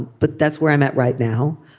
but that's where i'm at right now.